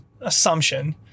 assumption